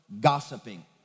gossiping